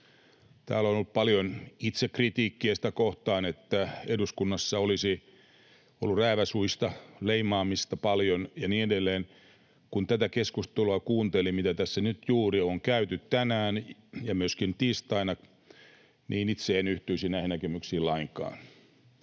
Täällä on ollut paljon itsekritiikkiä sitä kohtaan, että eduskunnassa olisi ollut rääväsuista leimaamista paljon ja niin edelleen. Kun kuuntelin tätä keskustelua, mitä tässä nyt juuri on käyty tänään ja myöskin tiistaina, niin itse en yhtyisi näihin näkemyksiin lainkaan.